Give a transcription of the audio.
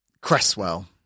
Cresswell